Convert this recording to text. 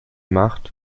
macht